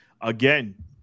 Again